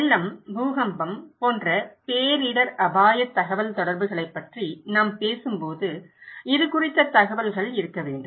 வெள்ளம் பூகம்பம் போன்ற பேரிடர் அபாய தகவல்தொடர்புகளைப் பற்றி நாம் பேசும்போது இது குறித்த தகவல்கள் இருக்க வேண்டும்